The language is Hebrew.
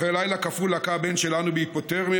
אחרי לילה קפוא לקה הבן שלנו בהיפותרמיה,